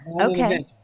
Okay